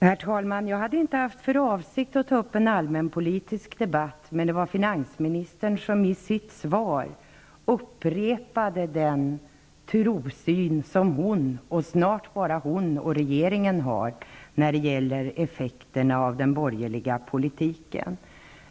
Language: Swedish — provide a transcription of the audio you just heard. Herr talman! Jag hade inte för avsikt att ta upp en allmän politisk debatt, men finansministern upprepade i sitt svar den trosinriktning som snart bara hon och regeringen har när det gäller effekterna av den borgerliga politiken.